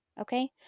okay